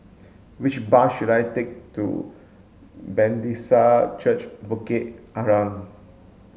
which bus should I take to Church Bukit Arang